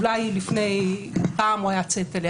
אולי פעם הוא היה צטלה,